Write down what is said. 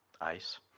ice